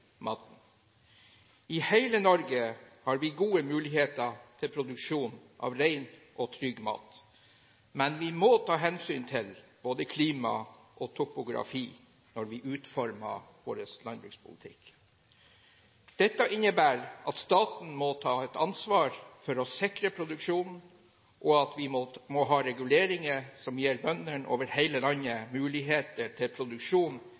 I hele Norge har vi gode muligheter for produksjon av rein og trygg mat, men vi må ta hensyn til både klima og topografi når vi utformer vår landbrukspolitikk. Dette innebærer at staten må ta et ansvar for å sikre produksjonen, og at vi må ha reguleringer som gir bøndene over hele landet muligheter til produksjon